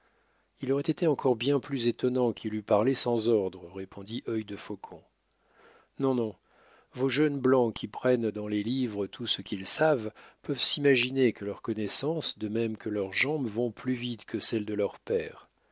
il aurait été encore bien plus étonnant qu'il eût parlé sans ordre répondit œil de faucon non non vos jeunes blancs qui prennent dans les livres tout ce qu'ils savent peuvent s'imaginer que leurs connaissances de même que leurs jambes vont plus vite que celles de leurs pères